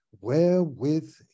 wherewith